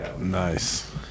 Nice